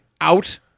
out